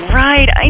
right